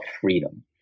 freedom